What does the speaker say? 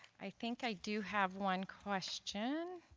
i think i do have one question